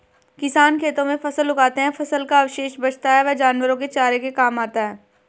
किसान खेतों में फसल उगाते है, फसल का अवशेष बचता है वह जानवरों के चारे के काम आता है